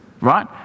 Right